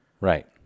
Right